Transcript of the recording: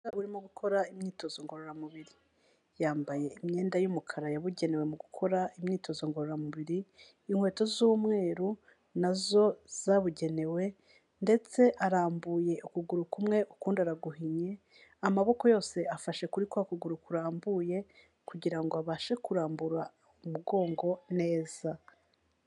Umwana urimo gukora imyitozo ngororamubiri. Yambaye imyenda y'umukara yabugenewe mu gukora imyitozo ngororamubiri, inkweto z'umweru na zo zabugenewe ndetse arambuye ukuguru kumwe ukundi araguhinnye, amaboko yose afashe kuri kwa kuguru kurambuye kugira ngo abashe kurambura umugongo neza.